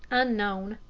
unknown,